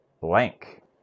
blank